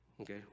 okay